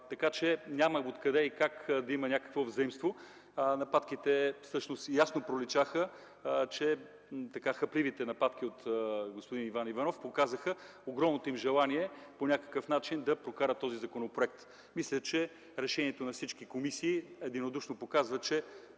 така че няма откъде и как да има някакво взаимство. Нападките всъщност ясно проличаха. Хапливите нападки от господин Иван Иванов показаха огромното им желание по някакъв начин да прокарат този законопроект. Мисля, че решението на всички комисии единодушно показва, че